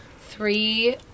three